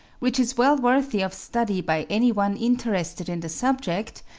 which is well worthy of study by any one interested in the subject,